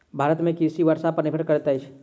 भारत में कृषि वर्षा पर निर्भर करैत अछि